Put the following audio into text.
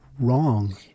Wrong